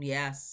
Yes